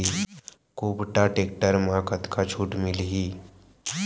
कुबटा टेक्टर म कतका छूट मिलही?